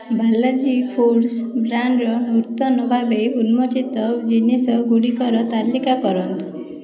Balaji foods ବ୍ରାଣ୍ଡର ନୂତନ ଭାବେ ଉନ୍ମୋଚିତ ଜିନିଷ ଗୁଡ଼ିକର ତାଲିକା କରନ୍ତୁ